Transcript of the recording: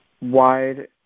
Wide